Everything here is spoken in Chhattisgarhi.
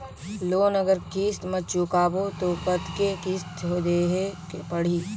लोन अगर किस्त म चुकाबो तो कतेक किस्त देहेक पढ़ही?